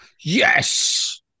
Yes